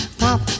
pop